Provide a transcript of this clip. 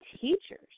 teachers